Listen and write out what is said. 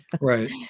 Right